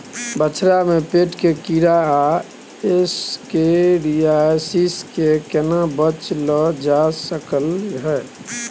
बछरा में पेट के कीरा आ एस्केरियासिस से केना बच ल जा सकलय है?